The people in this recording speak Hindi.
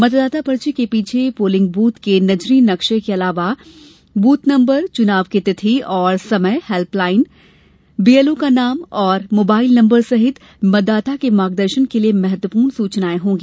मतदाता पर्ची के पीछे पोलिंग बूथ के नजरी नक्शा के अलावा बूथ नम्बर चुनाव की तिथि और समय हेल्पलाइन नम्बर बीएलओ का नाम तथा मोबाइल नम्बर सहित मतदाता के मार्गदर्शन के लिये महत्वपूर्ण सूचनाएं होंगी